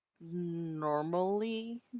normally